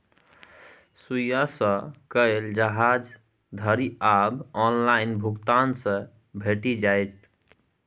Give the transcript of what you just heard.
सुईया सँ लकए जहाज धरि आब ऑनलाइन भुगतान सँ भेटि जाइत